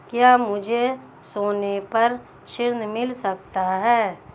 क्या मुझे सोने पर ऋण मिल सकता है?